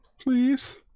Please